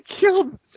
killed